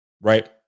Right